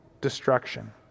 destruction